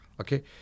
Okay